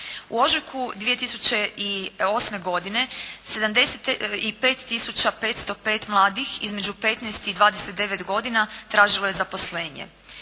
U ožujku 2008. godine, 75 tisuća 505 mladih, između 15 i 29 godina tražilo je zaposlenje.